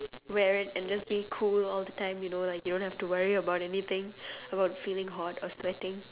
wear it and just be cool all the time you know like you don't have to worry about anything about feeling hot or sweating